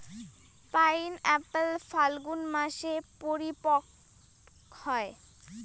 pineapple ফাল্গুন মাসে পরিপক্ব হয়